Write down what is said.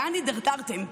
לאן הידרדרתם?